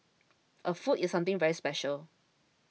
a foot is something very special